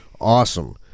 awesome